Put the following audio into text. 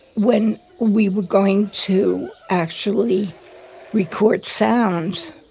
when we were going to actually record sound.